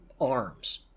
arms